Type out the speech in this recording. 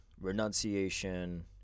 renunciation